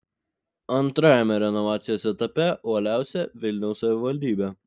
antrajame renovacijos etape uoliausia vilniaus savivaldybė